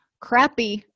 crappy